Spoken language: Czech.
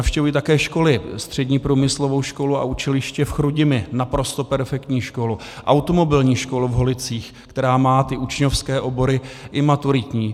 Navštěvuji také školy Střední průmyslovou školu a učiliště v Chrudimi, naprosto perfektní škola, Automobilní školu v Holicích, která má ty učňovské obory i maturitní.